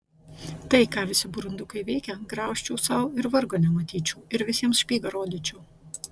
tai ką visi burundukai veikia graužčiau sau ir vargo nematyčiau ir visiems špygą rodyčiau